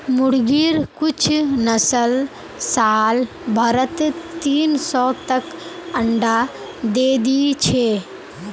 मुर्गिर कुछ नस्ल साल भरत तीन सौ तक अंडा दे दी छे